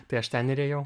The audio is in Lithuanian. tai aš ten ir ėjau